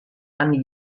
anni